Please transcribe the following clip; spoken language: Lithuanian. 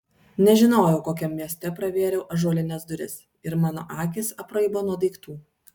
nežinojau kokiam mieste pravėriau ąžuolines duris ir mano akys apraibo nuo daiktų